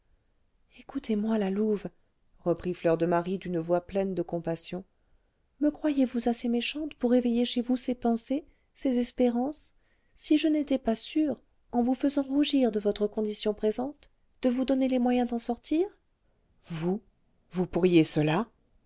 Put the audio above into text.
écoutez-moi la louve reprit fleur de marie d'une voix pleine de compassion me croyez-vous assez méchante pour éveiller chez vous ces pensées ces espérances si je n'étais pas sûre en vous faisant rougir de votre condition présente de vous donner les moyens d'en sortir vous vous pourriez cela